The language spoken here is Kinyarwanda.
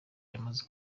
yamaze